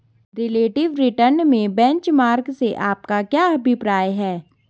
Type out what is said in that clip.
Relative return में benchmark से आपका क्या अभिप्राय है?